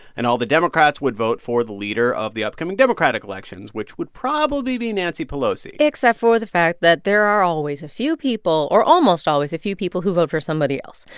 and all the democrats would vote for the leader of the upcoming democratic elections, which would probably be nancy pelosi except for the fact that there are always a few people or almost always a few people who vote for somebody else.